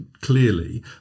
clearly